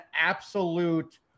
absolute